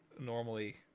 normally